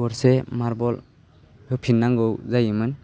गरसे मारबल होफिननांगौ जायोमोन